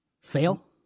Sale